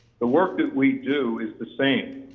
the work that we do is the same.